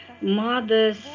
Mothers